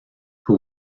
who